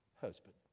husband